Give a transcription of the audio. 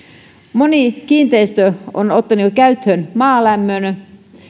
moni kiinteistö on jo ottanut käyttöön maalämmön